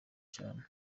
cyane